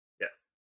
Yes